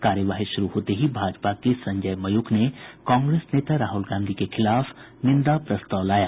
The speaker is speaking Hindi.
कार्यवाही शुरू होते ही भाजपा के संजय मयूख ने कांग्रेस नेता राहुल गांधी के खिलाफ निंदा प्रस्ताव लाया